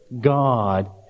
God